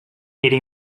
era